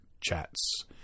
chats